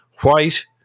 White